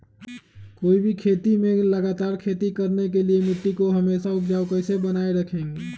कोई भी खेत में लगातार खेती करने के लिए मिट्टी को हमेसा उपजाऊ कैसे बनाय रखेंगे?